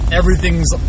everything's